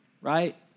right